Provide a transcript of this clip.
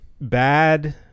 bad